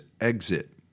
exit